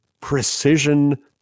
precision